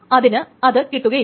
അതിന് അത് കിട്ടുകയില്ല